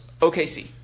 OKC